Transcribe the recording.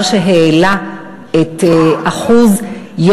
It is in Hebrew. שהעלו את האחוז,